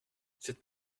cette